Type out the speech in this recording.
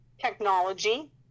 technology